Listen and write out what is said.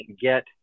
get